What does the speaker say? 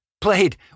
played